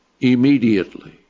immediately